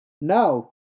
no